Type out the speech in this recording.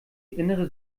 innere